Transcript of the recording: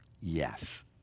Yes